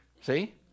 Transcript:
See